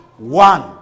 One